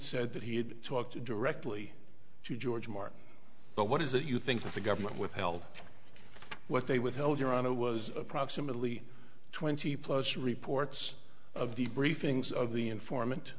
said that he had talked directly to george martin but what is it you think that the government withheld what they withheld your on it was approximately twenty plus reports of the briefings of the informant